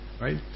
right